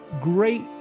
Great